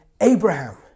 Abraham